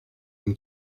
une